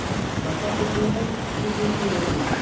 मक्का कितने किस्म की होती है?